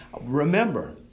Remember